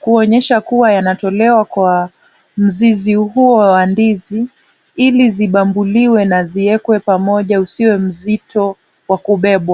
kuonyesha kuwa yanatolewa kwa mzizi huo wa ndizi, ili zibambuliwe na ziwekwe pamoja usiwe mzito wa kubebwa.